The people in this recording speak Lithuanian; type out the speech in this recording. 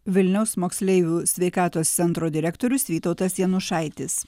vilniaus moksleivių sveikatos centro direktorius vytautas janušaitis